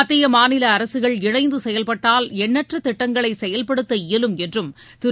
மத்திய மாநில அரசுகள் இணைந்து செயல்பட்டால் எண்ணற்ற திட்டங்களை செயல்படுத்த இயலும் என்றும் திரு